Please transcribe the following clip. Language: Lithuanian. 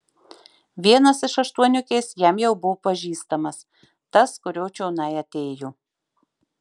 vienas iš aštuoniukės jam jau buvo pažįstamas tas kurio čionai atėjo